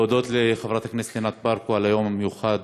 להודות לחברת הכנסת ענת ברקו על היום המיוחד: